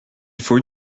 faut